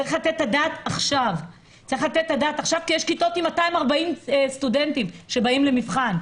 צריך לתת את הדעת עכשיו כי יש כיתות עם 240 סטודנטים שבאים למבחן,